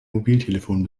mobiltelefon